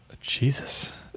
jesus